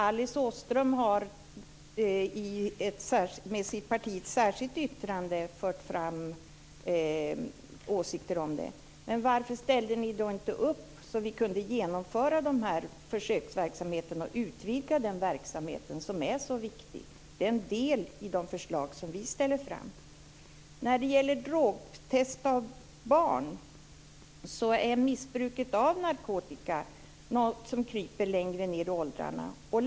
Alice Åström har med sitt parti i ett särskilt yttrande fört fram åsikter om detta. Varför ställde ni inte upp, så att vi kunde genomföra försöksverksamheten och utvidga den verksamhet som är så viktig? Det är en del i de förslag som vi lägger fram. När det gäller drogtest av barn vill jag påpeka att missbruket av narkotika är något som kryper längre ned i åldrarna.